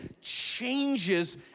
changes